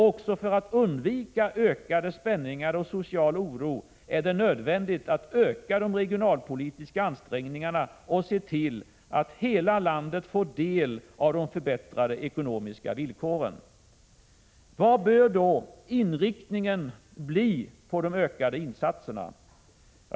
Också för att undvika ökade spänningar och social oro är det nödvändigt att öka de regionalpolitiska ansträngningarna och se till att hela landet får del av de förbättrade ekonomiska villkoren. Vad bör då inriktningen bli på de ökade insatserna?